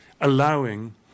allowing